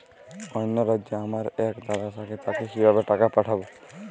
অন্য রাজ্যে আমার এক দাদা থাকে তাকে কিভাবে টাকা পাঠাবো?